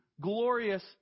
glorious